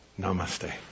Namaste